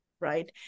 right